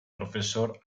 professor